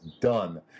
done